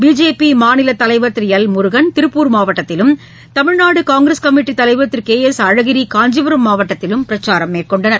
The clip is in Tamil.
பிஜேபிமாநிலத்தலைவர் திருஎல் முருகன் திருப்பூர் மாவட்டத்திலும் தமிழ்நாடுகாங்கிரஸ் கமிட்டிதலைவர் திருகே எஸ் அழகிரிகாஞ்சிபுரம் மாவட்டத்திலும் பிரச்சாரம் மேற்கொண்டனர்